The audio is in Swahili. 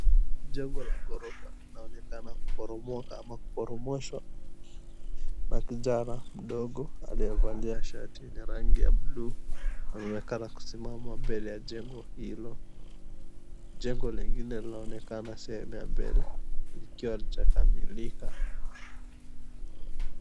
Jengo la ghorofa linaonekana kuporomoka ama kuporomoshwa, na kijana mdogo aliyevalia shati yenye rangi ya blue anaonekana kusimama mbele ya jengo hilo. Jengo lingine linaonekana sehemu ya mbele likiwa lijakamilika.